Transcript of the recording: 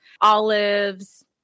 olives